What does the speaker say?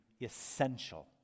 essential